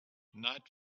night